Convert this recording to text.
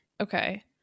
Okay